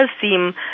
seem